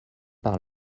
par